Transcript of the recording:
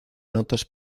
notas